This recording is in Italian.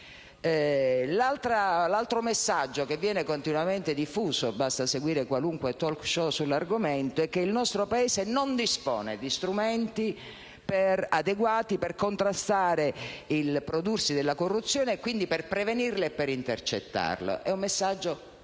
L'altro messaggio che viene continuamente diffuso - basta seguire qualunque *talk show* sull'argomento - è che il nostro Paese non dispone di strumenti adeguati per contrastare il prodursi della corruzione e, quindi, per prevenirla ed intercettarla. È un messaggio sbagliato